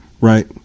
right